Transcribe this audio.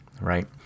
right